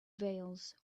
veils